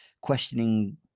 questioning